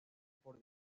por